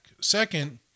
Second